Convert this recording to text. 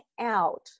out